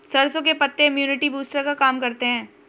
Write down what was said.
सरसों के पत्ते इम्युनिटी बूस्टर का काम करते है